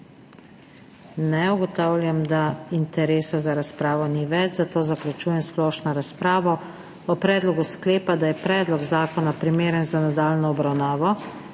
Ne. Ugotavljam, da interesa za razpravo ni več, zato zaključujem splošno razpravo. O predlogu sklepa, da je predlog zakona primeren za nadaljnjo obravnavo,